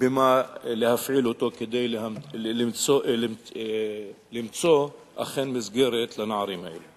במה להפעיל אותו כדי למצוא אכן מסגרת לנערים האלה.